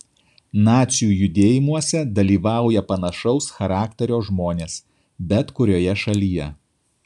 nacių judėjimuose dalyvauja panašaus charakterio žmonės bet kurioje šalyje